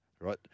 right